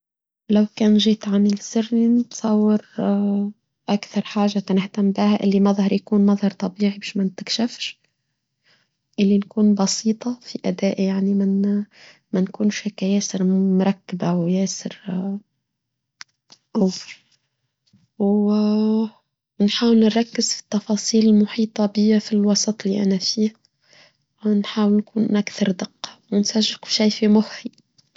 لو كان جيت عني السر لنتصور أكثر حاجة تنهتم بها اللي مظهر يكون مظهر طبيعي مش ما نتكشفش اللي نكون بسيطة في أدائي يعني ما نكونش هيك ياسر مركبة أو ياسر أخر ونحاول نركز في التفاصيل المحيطة بيا في الوسط اللي أنا فيها ونحاول نكون أكثر دقة ونسجق شي في مخي.